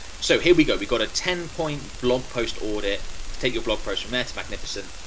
so, here we go, we've got a ten point blog post audit to take your blog post from meh to magnificent.